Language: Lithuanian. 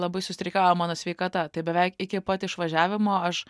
labai sustreikavo mano sveikata tai beveik iki pat išvažiavimo aš